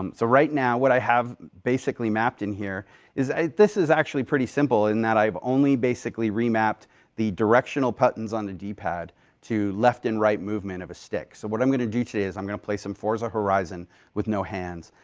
um so, right now, what i have basically mapped in here is this is actually pretty simple, in that i have only basically remapped the directional buttons on the d pad to left and right movement of a stick, so what i'm going to do today is i'm going to play some forza horizon with no hands,